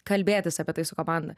kalbėtis apie tai su komanda